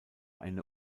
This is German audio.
eine